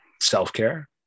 self-care